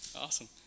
Awesome